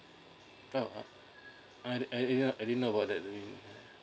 well uh I I did~ I didn't know about that